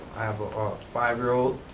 i have a five year old,